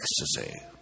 ecstasy